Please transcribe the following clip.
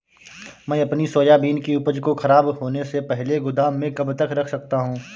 मैं अपनी सोयाबीन की उपज को ख़राब होने से पहले गोदाम में कब तक रख सकता हूँ?